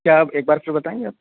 क्या एक बार फिर बताएंगे आप